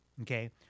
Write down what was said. Okay